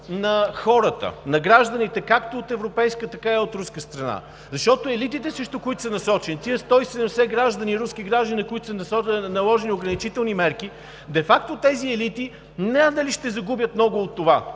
на хората, на гражданите както от европейска, така и от руска страна. Защото елитите, срещу които са насочени, тези 170 руски граждани, на които са наложени ограничителни мерки, де факто тези елити надали ще загубят много от това.